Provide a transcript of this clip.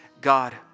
God